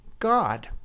God